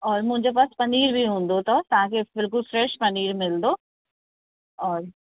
और मुंहिंजे पास पनीर बि हूंदो अथव तव्हांखे बिल्कुलु फ़्रैश पनीर मिलंदो और